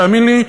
תאמין לי,